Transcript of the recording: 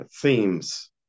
themes